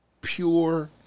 Pure